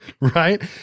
Right